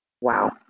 Wow